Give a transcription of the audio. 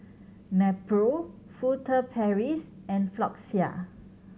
Nepro Furtere Paris and Floxia